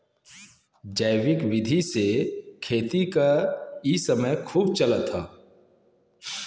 जैविक विधि से खेती क इ समय खूब चलत हौ